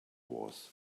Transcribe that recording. was